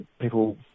people